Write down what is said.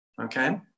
okay